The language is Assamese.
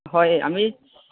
হয় এই আমি